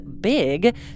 Big